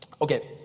Okay